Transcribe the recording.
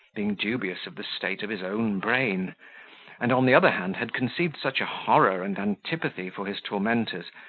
being dubious of the state of his own brain and, on the other hand, had conceived such a horror and antipathy for his tormentors,